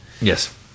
yes